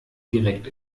direkt